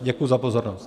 Děkuji za pozornost.